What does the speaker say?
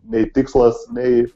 nei tikslas nei